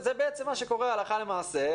זה בעצם מה שקורה הלכה למעשה.